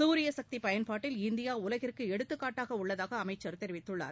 சூரிய சக்தி பயன்பாட்டில் இந்தியா உலகிற்கு எடுத்துக் காட்டாக உள்ளதாக அமைச்சர் தெரிவித்துள்ளார்